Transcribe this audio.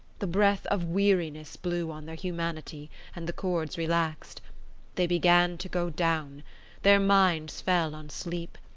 the breath of weariness blew on their humanity and the cords relaxed they began to go down their minds fell on sleep,